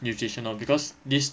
nutrition lor because this